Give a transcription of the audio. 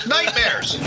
Nightmares